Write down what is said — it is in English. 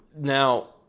Now